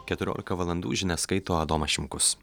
keturiolika valandų žinias skaito adomas šimkus